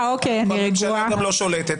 הממשלה לא שולטת.